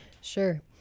Sure